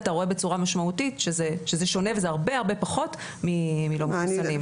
אתה רואה בצורה משמעותית שזה שונה וזה הרבה ,הרבה פחות מלא מחוסנים.